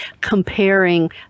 comparing